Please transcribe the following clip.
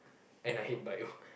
and I hate bio